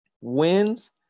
wins